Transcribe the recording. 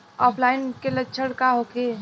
ऑफलाइनके लक्षण का होखे?